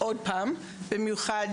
במיוחד